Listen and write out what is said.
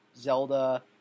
Zelda